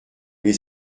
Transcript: les